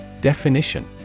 Definition